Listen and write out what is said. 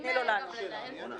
יש מישהו